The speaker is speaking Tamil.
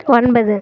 ஒன்பது